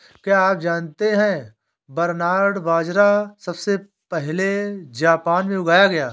क्या आप जानते है बरनार्ड बाजरा सबसे पहले जापान में उगाया गया